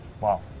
Wow